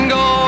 go